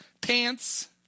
pants